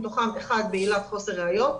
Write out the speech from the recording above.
מתוכם אחד בעילת חוסר ראיות,